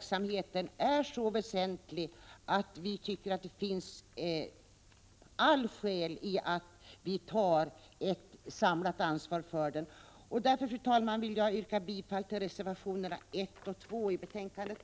samhällsstödet är så väsentligt att det finns allt skäl att ta ett samlat ansvar på denna punkt. Därför, fru talman, vill jag yrka bifall till reservationerna 1 och 2 i betänkandet.